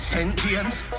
Sentience